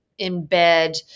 embed